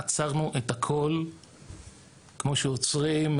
עצרנו את הכל כמו שעוצרים,